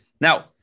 Now